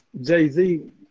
Jay-Z